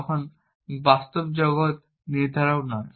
তখন বাস্তব জগত নির্ধারক নয়